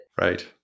Right